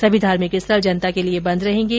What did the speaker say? सभी धार्मिक स्थल जनता के लिए बंद रहेंगे